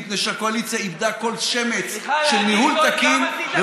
מפני שהקואליציה איבדה כל שמץ של ניהול תקין,